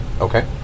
Okay